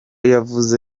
yavuze